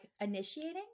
initiating